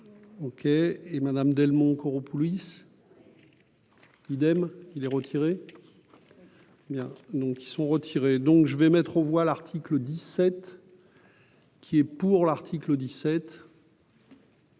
OK et Madame Delmont Koropoulis idem il est retiré bien. Donc ils sont retirés, donc je vais mettre aux voix l'article 17 qui est pour l'article 17.